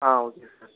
ah okay sir